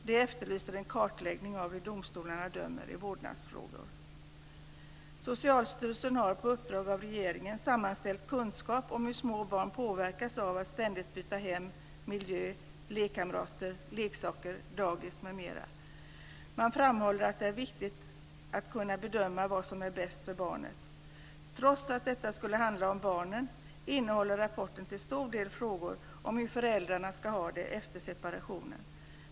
De efterlyser en kartläggning av hur domstolarna dömer i vårdnadsfrågor. Socialstyrelsen har, på uppdrag av regeringen, sammanställt kunskap om hur små barn påverkas av att ständigt byta hem, miljö, lekkamrater, leksaker, dagis m.m. Man framhåller att det är viktigt att kunna bedöma vad som är bäst för barnet. Trots att det skulle handla om barnen, innehåller rapporten till stor del frågor om hur föräldrarna ska ha det efter separationen.